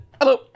Hello